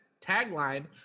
tagline